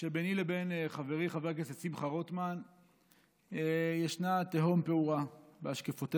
שביני לבין חברי חבר הכנסת שמחה רוטמן ישנה תהום פעורה בהשקפותינו,